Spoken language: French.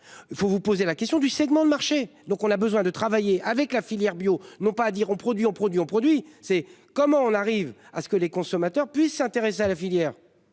Vous vous posez la question du segments de marché, donc on a besoin de travailler avec la filière bio, non pas à dire on produit en produit en produit c'est comment on arrive à ce que les consommateurs puissent s'intéresser à la filière.